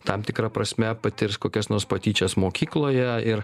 tam tikra prasme patirs kokias nors patyčias mokykloje ir